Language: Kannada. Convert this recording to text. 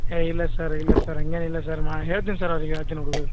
ಏ ಇಲ್ಲ ಸರ್ ಇಲ್ಲ ಸರ್ ಹಾಗೇನಿಲ್ಲ ಸರ್ ಮಾ ಹೇಳ್ತಿನಿ ಸರ್ ಅವರಿಗೆ ಹೇಳ್ತಿನಿ ಹುಡ್ಗ್ರ